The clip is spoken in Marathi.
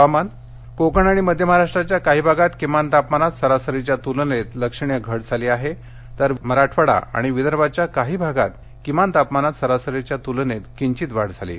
हवामान कोकण आणि मध्य महाराष्ट्राच्या काही भागात किमान तापमानात सरासरीच्या तुलनेत लक्षणीय घट झाली आहे तर मराठवाडा आणि विदर्भाच्या काही भागात किमान तापमानात सरासरीच्या तुलनेत किंचित वाढ झाली आहे